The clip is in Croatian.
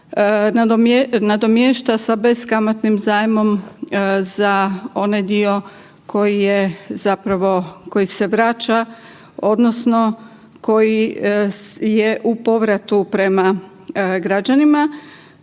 nadomješta sa beskamatnim zajmom za onaj dio koji je zapravo, koji se vraća odnosno koji je u povratu prema građanima.